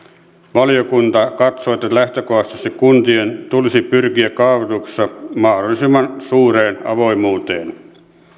valiokunta katsoo että lähtökohtaisesti kuntien tulisi pyrkiä kaavoituksessa mahdollisimman suureen avoimuuteen